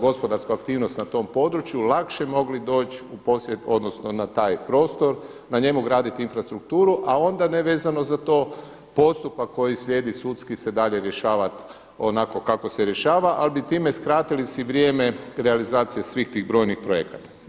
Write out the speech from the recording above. gospodarsku aktivnost na tom području lakše mogli doći u posjed odnosno na taj prostor, na njemu graditi infrastrukturu a onda nevezano za to postupak koji slijedi sudski se dalje rješavati onako kako se rješava ali bi time skratili si vrijeme realizacije svih tih brojnih projekata.